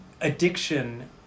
Addiction